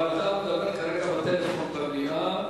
אבל אתה מדבר כרגע בטלפון במליאה,